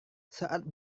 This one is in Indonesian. saat